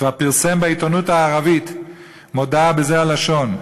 כבר פרסם בעיתונות הערבית מודעה בזו הלשון: